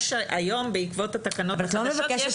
היום בעקבות התקנות החדשות יש ---.